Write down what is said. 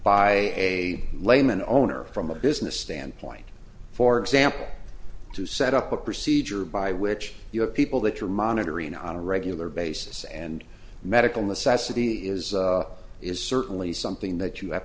by a layman owner from a business standpoint for example to set up a procedure by which you have people that are monitoring on a regular basis and medical necessity is is certainly something that you have